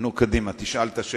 על גלעד שליט קשרתם להם את הידיים.